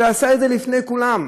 אלא עשה את זה לפני כולם,